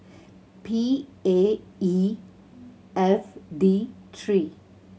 P A E F D three